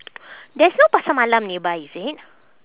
there's no pasar malam nearby is it